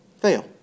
Fail